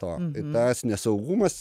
to tas nesaugumas